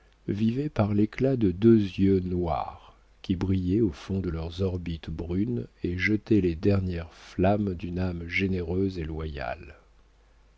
vivait par l'éclat de deux yeux noirs qui brillaient au fond de leurs orbites brunes et jetaient les dernières flammes d'une âme généreuse et loyale